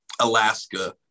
Alaska